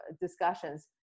discussions